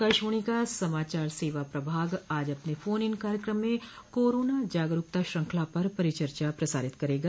आकाशवाणी का समाचार सेवा प्रभाग आज अपने फोन इन कार्यक्रम में कोरोना जागरूकता श्रृंखला पर परिचर्चा प्रसारित करेगा